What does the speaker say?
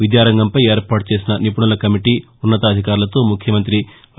విద్యారంగంపై ఏర్పాటు చేసిన నిపుణుల కమిటీ ఉన్నతాధికారులతో ముఖ్యమంత్రి వై